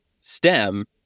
stem